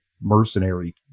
mercenary